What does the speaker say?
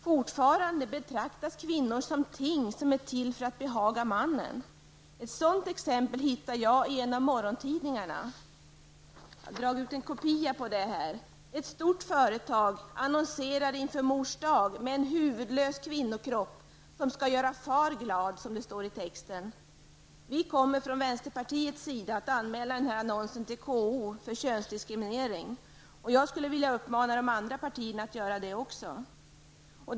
Fortfarande betraktas kvinnor som ting som är till för att behaga mannen. Ett sådant exempel hittade jag i en av morgontidningarna. Jag har en kopia av det här. Ett stort företag annonserar inför Mors dag med en huvudlös kvinnokropp som skall göra far glad, som det står i texten. Vi kommer från vänsterpartiets sida att anmäla den här annonsen till KO för könsdiskriminering, och jag skulle vilja uppmana de andra partierna att också göra det.